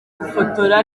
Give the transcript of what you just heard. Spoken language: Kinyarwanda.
gufotora